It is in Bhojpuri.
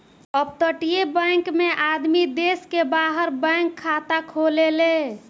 अपतटीय बैकिंग में आदमी देश के बाहर बैंक खाता खोलेले